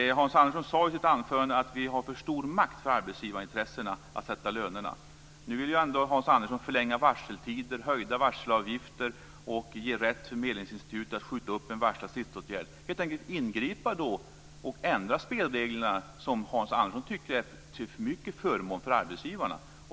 Hans Andersson sade i sitt anförande att arbetsgivarintressena har för stor makt när det gäller att sätta lönerna. Nu vill Hans Andersson ändå förlänga varseltider, höja varselavgifter och ge medlingsinstitutet rätt att skjuta upp en varslad stridsåtgärd - helt enkelt att ingripa och ändra de spelregler som Hans Andersson tycker i för stor utsträckning är till förmån för arbetsgivarna.